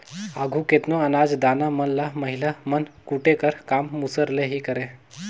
आघु केतनो अनाज दाना मन ल महिला मन कूटे कर काम मूसर ले ही करें